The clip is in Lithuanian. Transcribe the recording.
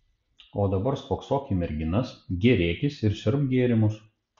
o dabar spoksok į merginas gėrėkis ir siurbk gėrimus